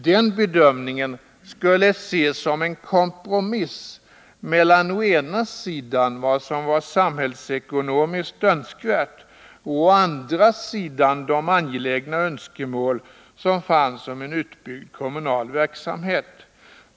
Den bedömningen skulle ses som en kompromiss mellan å ena sidan vad som var samhällsekonomiskt önskvärt och å andra sidan de angelägna önskemål som fanns om en utbyggd kommunal verksamhet.